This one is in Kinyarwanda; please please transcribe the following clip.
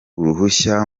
uruhushya